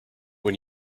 when